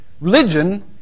Religion